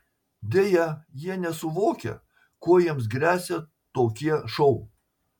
deja jie nesuvokia kuo jiems gresia tokie šou